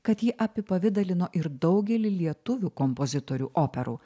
kad ji apipavidalino ir daugelį lietuvių kompozitorių operų